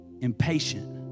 impatient